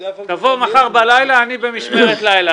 תבוא מחר בלילה, אני במשמרת לילה.